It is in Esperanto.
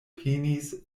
penis